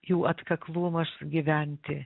jų atkaklumas gyventi